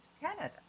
Canada